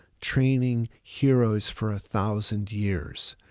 training heroes for a thousand years.